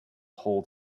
hold